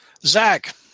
Zach